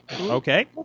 Okay